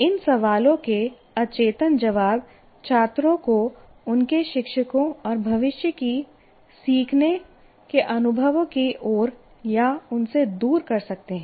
इन सवालों के अचेतन जवाब छात्रों को उनके शिक्षकों और भविष्य के सीखने के अनुभवों की ओर या उनसे दूर कर सकते हैं